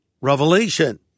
Revelation